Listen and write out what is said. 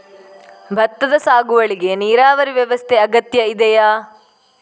ಭತ್ತದ ಸಾಗುವಳಿಗೆ ನೀರಾವರಿ ವ್ಯವಸ್ಥೆ ಅಗತ್ಯ ಇದೆಯಾ?